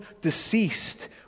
deceased